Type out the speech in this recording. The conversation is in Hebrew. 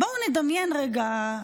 בואו נדמיין רגע.